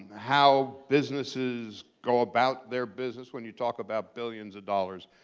how businesses go about their business when you talk about billions of dollars,